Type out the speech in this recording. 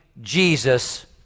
Jesus